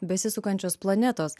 besisukančios planetos